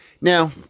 Now